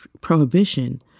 prohibition